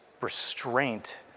restraint